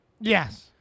Yes